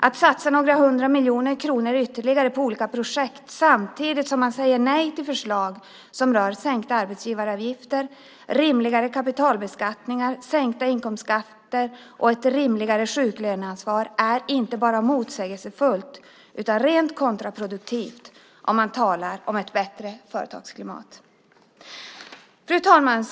Att satsa några hundra miljoner kronor ytterligare på olika projekt samtidigt som man säger nej till förslag som rör sänkta arbetsgivaravgifter, rimligare kapitalbeskattning, sänkta inkomstskatter och ett rimligare sjuklöneansvar är inte bara motsägelsefullt utan rent kontraproduktivt om man talar om ett bättre företagsklimat. Fru talman!